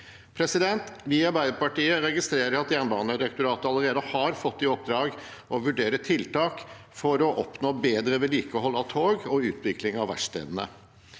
viktig. Vi i Arbeiderpartiet registrerer at Jernbanedirektoratet allerede har fått i oppdrag å vurdere tiltak for å oppnå bedre vedlikehold av tog og utvikling av verkstedene.